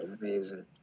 amazing